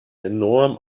enorm